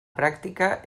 pràctica